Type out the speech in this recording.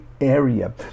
area